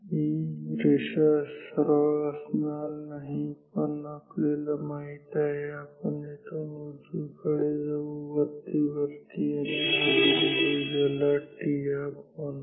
ही सरळ रेषा असणार नाही पण आपल्याला माहित आहे इथून आपण उजवीकडे जाऊ वरती वरती आणि हा बिंदू ज्याला thalf म्हणू